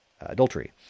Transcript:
adultery